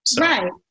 right